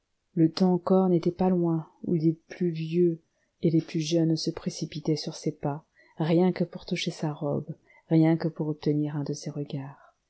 le temps encore n'était pas loin où les plus vieux et les plus jeunes se précipitaient sur ses pas rien que pour toucher sa robe rien que pour obtenir un de ses regards